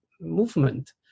movement